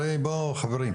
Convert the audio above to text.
חברים,